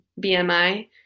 BMI